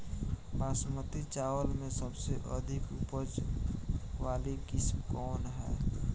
बासमती चावल में सबसे अधिक उपज वाली किस्म कौन है?